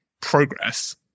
progress